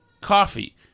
coffee